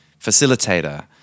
facilitator